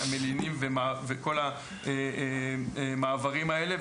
המלינים וכל המעברים האלה,